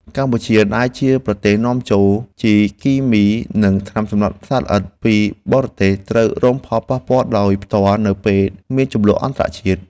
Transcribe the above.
កម្ពុជាដែលជាប្រទេសនាំចូលជីគីមីនិងថ្នាំសម្លាប់សត្វល្អិតពីបរទេសត្រូវរងផលប៉ះពាល់ដោយផ្ទាល់នៅពេលមានជម្លោះអន្តរជាតិ។